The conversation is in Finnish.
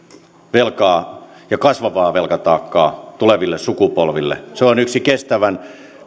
velkaa ja kasvavaa velkataakkaa tuleville sukupolville se on yksi kestävän